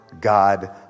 God